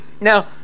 Now